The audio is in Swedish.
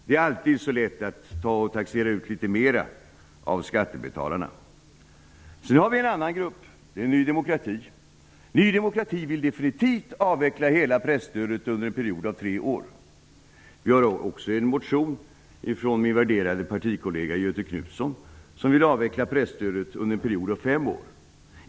Det är alltid så lätt att taxera ut litet mer av skattebetalarna. Sedan har vi en annan grupp, nämligen Ny demokrati, som i en motion vill definitivt avveckla hela presstödet under en period av tre år. Det finns också en motion från min värderade partikollega Göthe Knutson, som vill avveckla presstödet under en period av fem år.